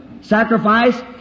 sacrifice